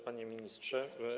Panie Ministrze!